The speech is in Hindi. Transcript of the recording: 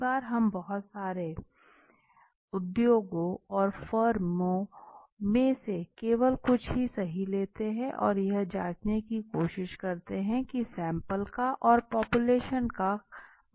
कई बार हम बहुत सारे उद्योगों और फर्म में से केवल कुछ ही सही लेते हैं और यह जांचने की कोशिश करते हैं कि सैंपल का और पापुलेशन का माध्य क्या है